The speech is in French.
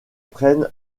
prenne